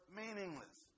meaningless